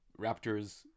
Raptors